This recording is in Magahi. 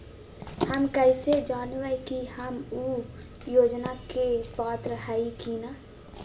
हम कैसे जानब की हम ऊ योजना के पात्र हई की न?